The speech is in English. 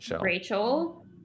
Rachel